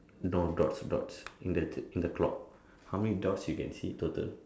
the door dots dots in the in the clock how many dots you can see in total